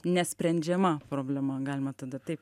nesprendžiama problema galima tada tai